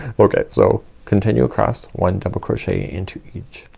okay, so continue across one double crochet into each.